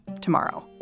tomorrow